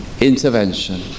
intervention